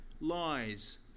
lies